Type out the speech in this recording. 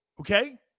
Okay